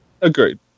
Agreed